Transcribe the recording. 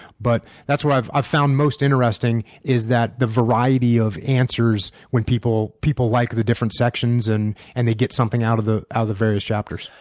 but that's what i've i've found most interesting is that variety of answers when people people like the different sections and and they get something out of the ah the various chapters.